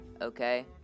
okay